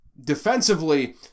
defensively